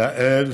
יעל,